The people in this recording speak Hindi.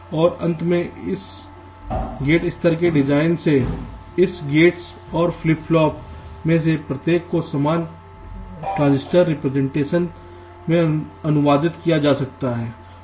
और अंत में इस गेट स्तर के डिजाइन से इस गेट्स और फ्लिप फ्लॉप में से प्रत्येक को समान ट्रांजिस्टर रिप्रेजेंटेशन में अनुवादित किया जा सकता है